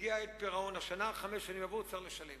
הגיע עת הפירעון השנה, חמש שנים עברו, וצריך לשלם.